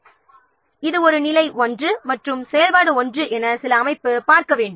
எனவே இது நிலை 1 மற்றும் செயல்பாடு 1 ஆக இருக்க வேண்டும்